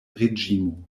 reĝimo